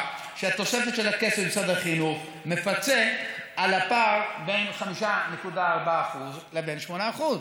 שהתוספת של הכסף ממשרד החינוך מפצה על הפער בין 5.4% לבין 8%?